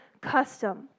custom